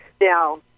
Now